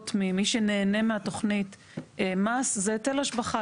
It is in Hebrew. ממי שנהנה מהתכנית מס זה היטל השבחה.